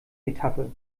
etappe